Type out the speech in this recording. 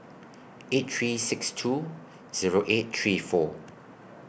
eight three six two Zero eight three four